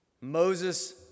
Moses